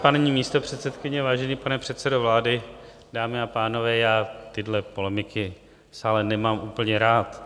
Vážená paní místopředsedkyně, vážený pane předsedo vlády, dámy a pánové, já tyhle polemiky v sále nemám úplně rád.